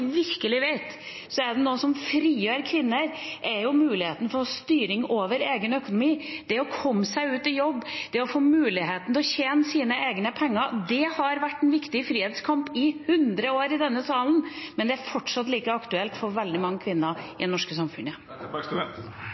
virkelig vet, så er det at hvis det er noe som frigjør kvinner, er det å ha mulighet for styring over sin egen økonomi, komme seg ut i jobb, få mulighet til å tjene sine egne penger. Dette har vært en viktig frihetskamp i 100 år i denne salen, men det er fortsatt like aktuelt for veldig mange kvinner i det norske samfunnet.